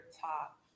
top